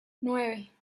nueve